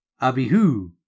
Abihu